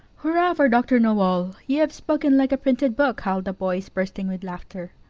hurrah for dr. know-all! you have spoken like a printed book! howled the boys, bursting with laughter.